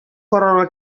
карарга